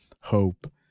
hope